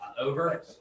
Over